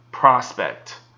prospect